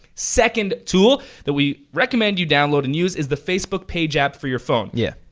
second tool that we recommend you download and use is the facebook page app for your phone. yeah.